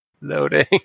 loading